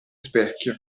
specchio